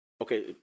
Okay